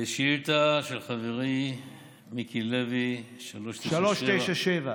שאילתה של חברי מיקי לוי 397,